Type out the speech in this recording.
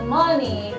money